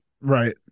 Right